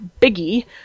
biggie